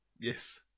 Yes